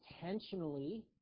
intentionally